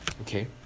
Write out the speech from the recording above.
Okay